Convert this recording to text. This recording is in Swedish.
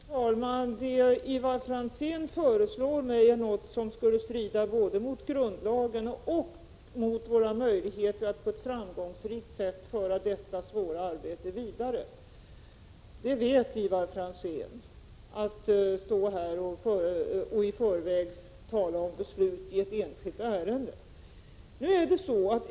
Fru talman! Det Ivar Franzén föreslår mig skulle strida både mot grundlagen och mot våra möjligheter att på ett framgångsrikt sätt föra detta svåra arbete vidare. Och Ivar Franzén vet att jag inte kan stå här och i förväg tala om beslut i ett enskilt ärende.